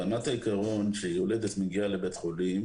ברמת העיקרון, כאשר יולדת מגיעה לבית חולים